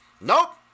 Nope